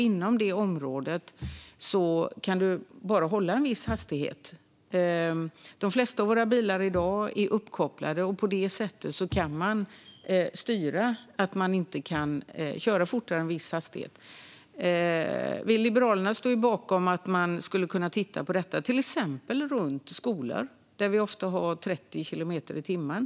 Inom det området kan du bara hålla en viss hastighet. De flesta av våra bilar i dag är uppkopplade. På det sättet kan man styra så att en bil inte kan köra fortare än en viss hastighet. Vi i Liberalerna står bakom att man skulle kunna titta på detta, till exempel runt skolor. Där har vi ofta 30 kilometer i timmen.